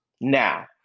now